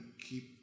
keep